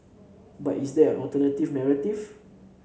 but is there an alternative narrative